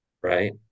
Right